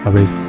raise